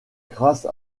grâce